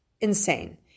insane